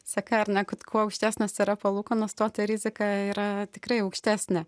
seka ar ne kad kuo aukštesnės yra palūkanos tuo ta rizika yra tikrai aukštesnė